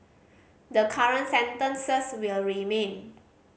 the current sentences will remain